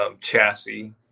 chassis